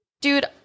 dude